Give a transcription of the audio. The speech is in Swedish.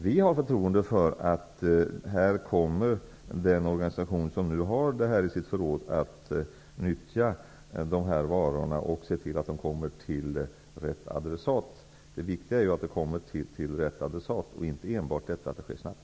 Vi har förtroende för att den organisation som har maten i sitt förråd kommer att nyttja varorna och se till att de kommer till rätt adressat. Det är viktigt att de kommer till rätt adressat -- inte enbart att det sker snabbt.